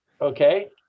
okay